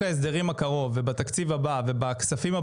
הבאים שתהיה לי שליטה על הניתוב שלהם,